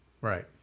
Right